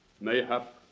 Mayhap